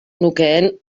nukeen